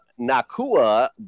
Nakua